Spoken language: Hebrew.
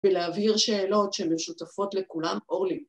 ‫ולהבהיר שאלות שמשותפות לכולם. אורלי